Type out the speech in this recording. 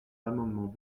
amendement